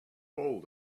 hold